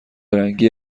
رنگی